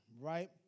right